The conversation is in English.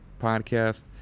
podcast